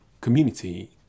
community